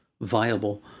viable